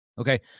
okay